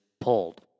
pulled